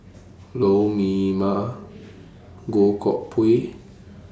Lou Mee Wah Goh Koh Pui